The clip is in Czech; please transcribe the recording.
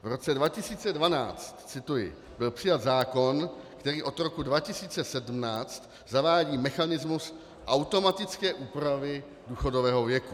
V roce 2012 cituji byl přijat zákon, který od roku 2017 zavádí mechanismus automatické úpravy důchodového věku.